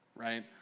right